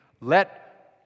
let